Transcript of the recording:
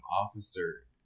officer